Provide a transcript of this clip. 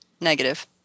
negative